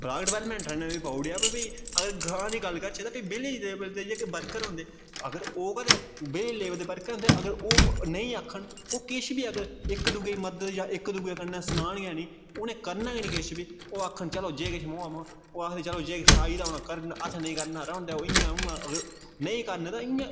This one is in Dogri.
ब्लॉक डवेलपमेंट आह्लें बी पाऊ ओड़ेआ पर भी अगर ग्रांऽ दी गल्ल करचै ते विलेज़ दे जेह्के वर्कर होंदे अगर ओह् कदें वेज लेबर दे वर्कर होंदे अगर ओह् नेईं आखन ओह् किश बी अगर इक दूऐ दी मदद जां इक दूऐ कन्नै सनान गै निं उ'नें करना गै निं किश बी ओह् आखन चलो जे किश मोआमा ओह् आखदे चलो जे किश आई दा हून करना असें नेईं करना रौह्न देओ इयां उ'आं अगर नेईं करन ते इ'यां